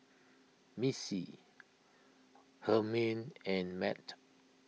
Missy Hermine and Mat